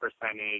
percentage